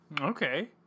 Okay